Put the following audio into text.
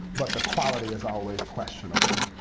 but the quality is always questionable.